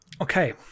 Okay